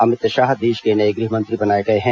अमित शाह देश के नए गृह मंत्री बनाए गए हैं